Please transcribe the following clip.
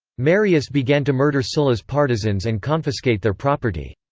marius began to murder sulla's partisans and confiscate their property.